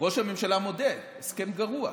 ראש הממשלה מודה: הסכם גרוע.